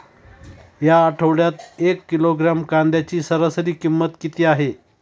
या आठवड्यात एक किलोग्रॅम कांद्याची सरासरी किंमत किती आहे?